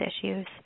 issues